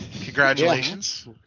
Congratulations